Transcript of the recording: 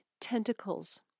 tentacles